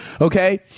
Okay